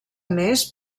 més